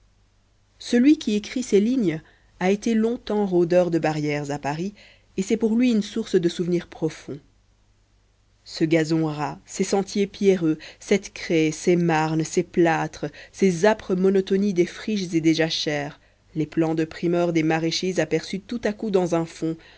celui qui écrit ces lignes a été longtemps rôdeur de barrières à paris et c'est pour lui une source de souvenirs profonds ce gazon ras ces sentiers pierreux cette craie ces marnes ces plâtres ces âpres monotonies des friches et des jachères les plants de primeurs des maraîchers aperçus tout à coup dans un fond